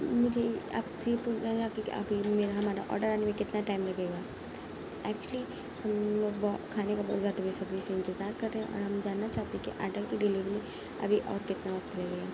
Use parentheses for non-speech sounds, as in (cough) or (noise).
مجھے آپ سے (unintelligible) ہمارا آڈر آنے میں کتنا ٹائم لگے گا ایکچولی ہم لوگ بہو کھانے کا بہت زیادہ بے صبری سے انتظار کر رہے ہیں اور ہم جاننا چاہتے ہیں کہ آڈر کی ڈلیوری ابھی اور کتنا وقت لگے گا